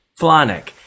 Flonic